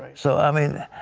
so i mean,